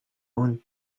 own